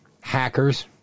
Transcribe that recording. hackers